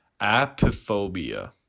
Apophobia